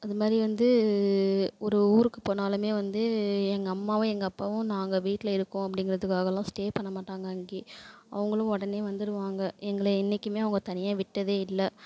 அது மாதிரி வந்து ஒரு ஊருக்கு போனாலுமே வந்து எங்கள் அம்மாவும் எங்கள் அப்பாவும் நாங்கள் வீட்டில் இருக்கோம் அப்படிங்குறத்துக்காகலாம் ஸ்டே பண்ணமாட்டாங்க அங்கேயே அவங்களும் உடனே வந்துருவாங்க எங்களை என்னைக்குமே அவங்க தனியாக விட்டதே இல்லை